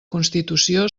constitució